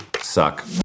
suck